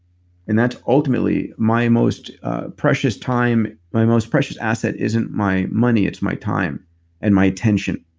and that's ultimately my most precious time. my most precious asset isn't my money, it's my time and my attention.